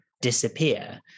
disappear